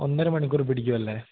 ഒന്നര മണിക്കൂർ പിടിക്കുമല്ലേ